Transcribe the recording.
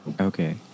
Okay